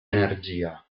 energia